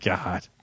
God